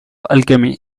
alchemy